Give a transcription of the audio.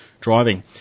driving